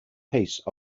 piece